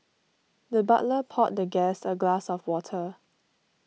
the butler poured the guest a glass of water